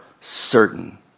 certain